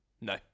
No